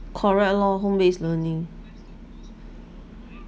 correct lor home based learning